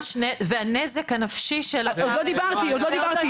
והנזק הנפשי של --- ועוד לא דיברתי על זה.